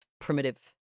primitive